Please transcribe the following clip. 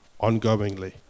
ongoingly